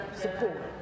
support